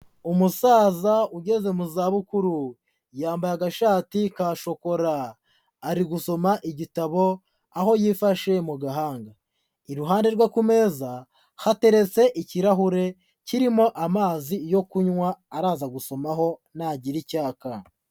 Umusaza ugeze mu zabukuru yambaye agashati ka shokora ari gusoma igitabo aho yifashe mu gahanga, iruhande rwe ku meza hateretse ikirahure kirimo amazi yo kunywa araza gusomaho nagira icyaka.